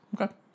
Okay